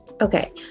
Okay